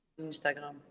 instagram